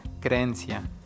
Creencia